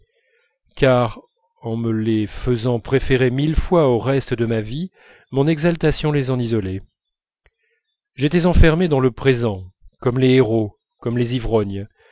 car en me les faisant préférer mille fois au reste de ma vie mon exaltation les en isolait j'étais enfermé dans le présent comme les héros comme les ivrognes